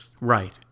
Right